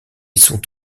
sont